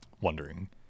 wondering